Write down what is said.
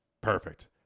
Perfect